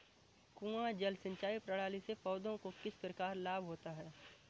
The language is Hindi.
कुआँ जल सिंचाई प्रणाली से पौधों को किस प्रकार लाभ होता है?